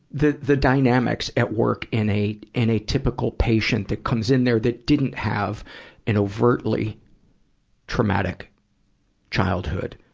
the the dynamics at work in a, in a typical patient that comes in there that didn't have an overtly traumatic childhood,